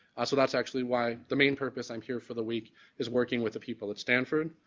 so that's actually why the main purpose i'm here for the week is working with the people at stanford,